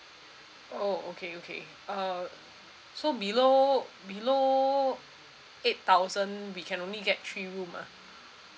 oh okay okay uh so below below eight thousand we can only get three room ah